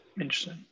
interesting